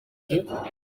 york